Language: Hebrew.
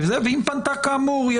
ואם פנתה כאמור,